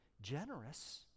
generous